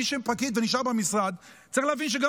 מי שהוא פקיד ונשאר במשרד צריך להבין שגם